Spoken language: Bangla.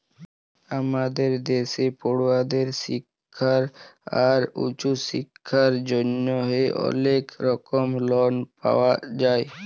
আমাদের দ্যাশে পড়ুয়াদের শিক্খা আর উঁচু শিক্খার জ্যনহে অলেক রকম লন পাওয়া যায়